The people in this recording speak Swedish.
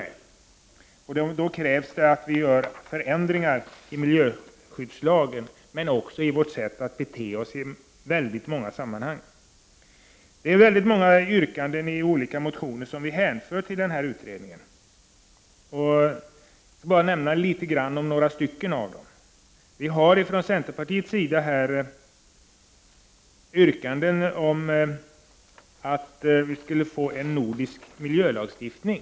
Då krävs förändringar i miljöskyddslagstiftningen men också av vårt sätt att bete oss i många sammanhang. Många motionsyrkanden besvaras med hänvisning till utredningen av miljöskyddslagstiftningen. Jag skall nämna några stycken. Vi har från centerpartiets sida yrkanden om en nordisk miljölagstiftning.